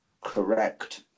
Correct